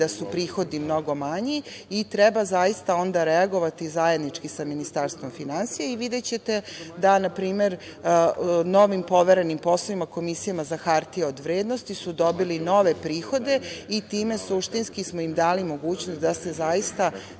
da su prihodi mnogo manji i treba zaista onda reagovati zajednički sa Ministarstvom finansija. Videćete da na primer novi poverenim poslovima, Komisijama za hartije od vrednosti su dobili nove prihode i time smo im suštinski dali mogućnost da se zaista